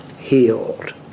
healed